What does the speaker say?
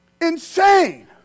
Insane